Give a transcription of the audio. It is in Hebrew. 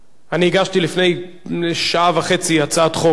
אני הגשתי לפני שעה וחצי הצעת חוק,